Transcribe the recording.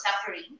suffering